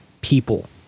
people